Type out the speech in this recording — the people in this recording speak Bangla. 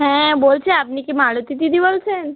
হ্যাঁ বলছি আপনি কি মালতী দিদি বলছেন